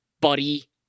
buddy